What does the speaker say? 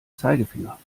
zeigefinger